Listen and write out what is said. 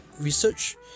research